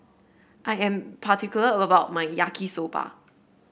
I am particular about my Yaki Soba